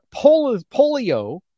polio